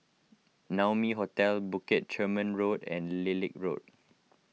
Naumi Hotel Bukit Chermin Road and Lilac Road